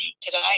today